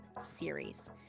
series